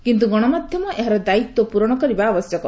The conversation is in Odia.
କିନ୍ତୁ ଗଣମାଧ୍ୟମ ଏହାର ଦାୟିତ୍ୱ ପ୍ରରଣ କରିବା ଆବଶ୍ୟକ